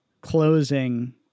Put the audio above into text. closing